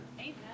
Amen